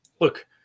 look